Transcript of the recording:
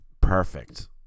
perfect